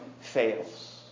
fails